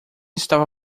estava